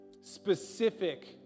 specific